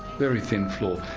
very thin floor.